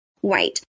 white